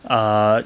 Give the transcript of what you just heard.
err